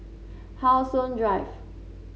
How Sun Drive